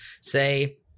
say